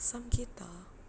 samgyetang